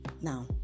Now